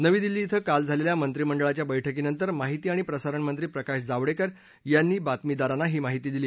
नवी दिल्ली क्रें काल झालेल्या मत्रिमंडळाच्या बळकीनंतर माहिती आणि प्रसारण मंत्री प्रकाश जावडेकर यांनी बातमीदारांना ही माहिती दिली